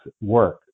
work